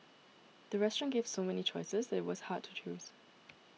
the restaurant gave so many choices that it was hard to choose